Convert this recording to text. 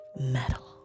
metal